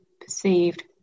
perceived